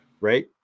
Right